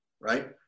right